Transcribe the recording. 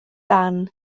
dan